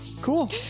Cool